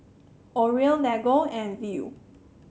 Oreo Lego and Viu